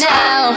now